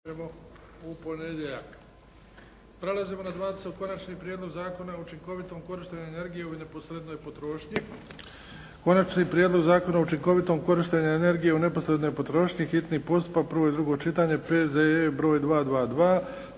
Luka (HDZ)** Konačni prijedlog Zakona o učinkovitom korištenju energije u neposrednoj potrošnji.